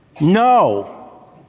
No